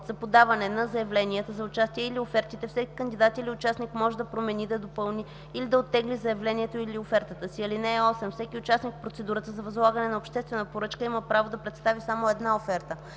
за подаване на заявленията за участие или офертите всеки кандидат или участник може да промени, да допълни или да оттегли заявлението или офертата си. (8) Всеки участник в процедура за възлагане на обществена поръчка има право да представи само една оферта.